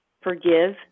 forgive